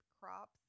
crops